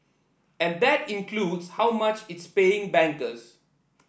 and that includes how much it's paying bankers